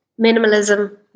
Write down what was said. minimalism